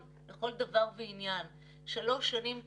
בישראל ובעצם שיעור המעונות המוכרים במגזר